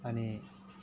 अनि